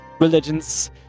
religions